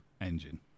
engine